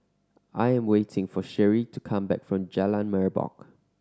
I'm waiting for Cherie to come back from Jalan Merbok